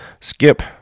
skip